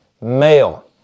male